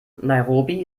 nairobi